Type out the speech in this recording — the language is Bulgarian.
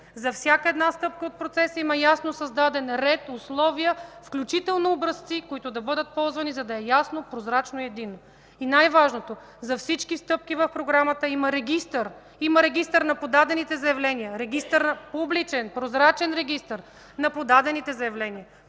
За всяка една стъпка от процеса има ясно създаден ред, условия, включително и образци, които да бъдат ползвани, за да е ясно, прозрачно и единно. Най-важното – за всички стъпки в Програмата има регистър: регистър на подадените заявления, регистър – публичен, прозрачен регистър на подадените заявления;